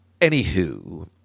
Anywho